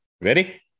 Ready